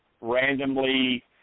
randomly